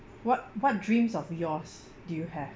what what dreams of yours do you have